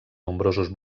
nombrosos